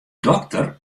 dokter